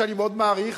שאני מאוד מעריך,